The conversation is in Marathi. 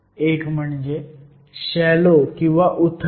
एक म्हणजे शॅलो किंवा उथळ